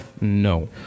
No